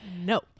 No